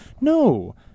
No